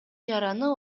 жараны